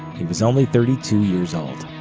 he was only thirty two years old.